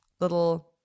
little